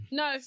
no